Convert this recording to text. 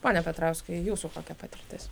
pone petrauskai jūsų kokia patirtis